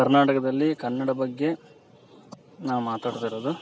ಕರ್ನಾಟಕದಲ್ಲಿ ಕನ್ನಡ ಬಗ್ಗೆ ನಾವು ಮಾತಾಡ್ತಿರೋದು